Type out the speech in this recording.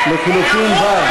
לחלופין ו'